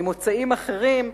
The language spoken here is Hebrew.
ממוצאים אחרים,